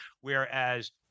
Whereas